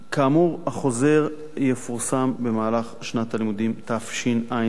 3. כאמור, החוזר יפורסם במהלך שנת הלימודים תשע"ב.